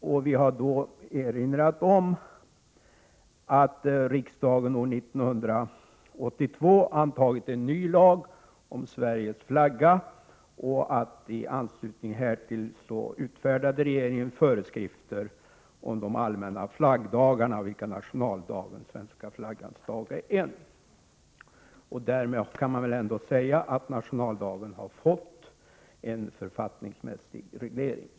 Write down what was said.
Då har vi erinrat om att riksdagen år 1982 antog en ny lag om Sveriges flagga och att regeringen i anslutning härtill utfärdade föreskrifter om de allmänna flaggdagarna, av vilka nationaldagen och svenska flaggans dag är en. Därmed kan man säga att nationaldagen har fått en författningsmässig reglering.